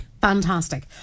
Fantastic